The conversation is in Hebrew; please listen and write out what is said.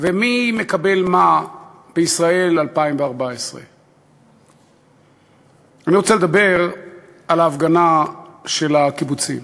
ומי מקבל מה בישראל 2014. אני רוצה לדבר על ההפגנה של הקיבוצים.